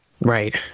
Right